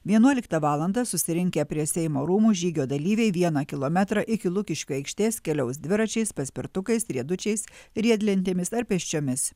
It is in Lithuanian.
vienuoliktą valandą susirinkę prie seimo rūmų žygio dalyviai vieną kilometrą iki lukiškių aikštės keliaus dviračiais paspirtukais riedučiais riedlentėmis ar pėsčiomis